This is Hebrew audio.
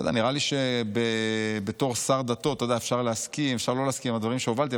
נראה לי שבתור שר דתות אפשר להסכים ואפשר לא להסכים על הדברים שהובלתי,